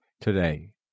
today